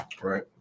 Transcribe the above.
Right